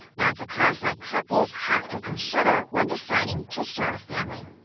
that's a cost that couples have to consider when deciding to start a family.